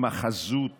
עם החזות